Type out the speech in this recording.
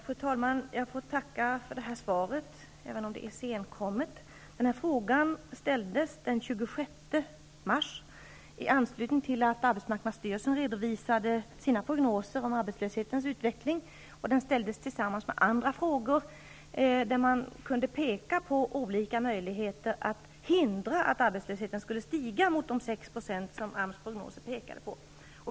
Fru talman! Jag får tacka för svaret, även om det är senkommet. Frågan ställdes den 26 mars i anslutning till att arbetsmarknadsstyrelsen redovisade sina prognoser om arbetslöshetens utveckling. Den ställdes tillsammans med andra frågor, där det pekades på olika möjligheter att hindra att arbetslösheten skulle stiga mot de 6 % som AMS prognoser visade på.